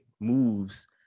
moves